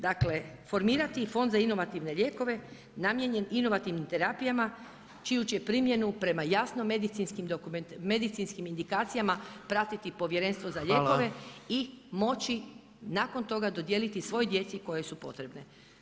Dakle formirati fond za inovativne lijekove namijenjen inovativnim terapijama čiju će primjenu prema jasnim medicinskim indikacijama pratiti Povjerenstvo za lijekove i moći [[Upadica predsjednik: Hvala.]] nakon toga dodijeliti svoj djeci kojoj su potrebne.